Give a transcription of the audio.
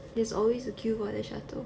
there's always a queue at the shuttle